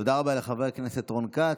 תודה רבה לחבר הכנסת רון כץ.